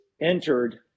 entered